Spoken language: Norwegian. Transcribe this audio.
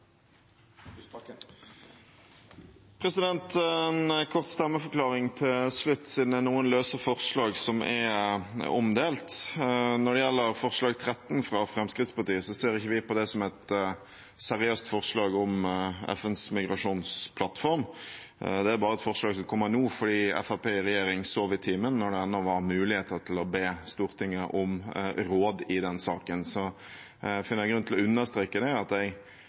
En kort stemmeforklaring til slutt, siden det er noen løse forslag som er omdelt: Når det gjelder forslag nr. 13, fra Fremskrittspartiet, ser ikke vi på det som et seriøst forslag om FNs migrasjonsplattform. Det er bare et forslag som kommer nå fordi Fremskrittspartiet i regjering sov i timen da det ennå var mulig å be Stortinget om råd i den saken. Jeg finner grunn til å understreke at jeg